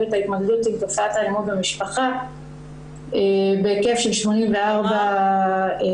את ההתמקדות עם תופעת האלימות במשפחה בהיקף של 84 תקנים,